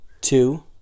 Two